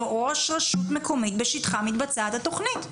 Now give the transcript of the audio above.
ראש רשות מקומית בשטחה מתבצעת התוכנית.